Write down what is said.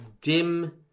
dim